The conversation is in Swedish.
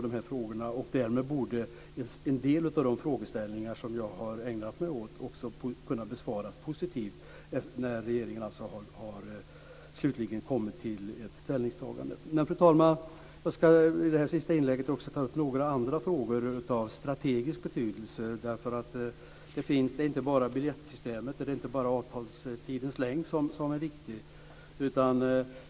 Därmed borde en del av de frågeställningar jag har ägnat mig åt också kunna besvaras positivt när regeringen slutligen har kommit till ett ställningstagande. Fru talman! Jag ska i det här sista inlägget också ta upp några andra frågor av strategisk betydelse. Det är inte bara biljettsystemet och avtalstidens längd som är viktiga.